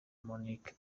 monique